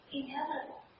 inevitable